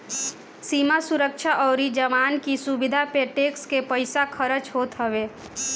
सीमा सुरक्षा अउरी जवान की सुविधा पे टेक्स के पईसा खरच होत हवे